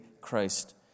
Christ